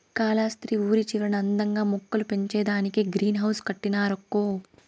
కాలస్త్రి ఊరి చివరన అందంగా మొక్కలు పెంచేదానికే గ్రీన్ హౌస్ కట్టినారక్కో